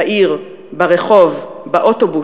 בעיר, ברחוב, באוטובוס,